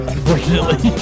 Unfortunately